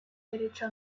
derecho